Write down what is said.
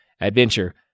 Adventure